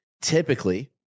typically